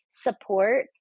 support